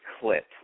clip